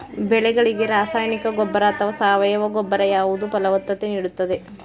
ಬೆಳೆಗಳಿಗೆ ರಾಸಾಯನಿಕ ಗೊಬ್ಬರ ಅಥವಾ ಸಾವಯವ ಗೊಬ್ಬರ ಯಾವುದು ಫಲವತ್ತತೆ ನೀಡುತ್ತದೆ?